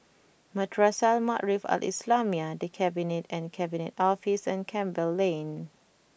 Madrasah Al Maarif Al Islamiah The Cabinet and Cabinet Office and Campbell Lane